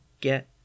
get